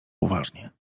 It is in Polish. uważnie